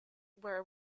were